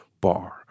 bar